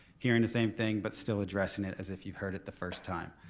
hearing the same thing but still addressing it as if you heard it the first time.